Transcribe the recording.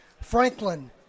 Franklin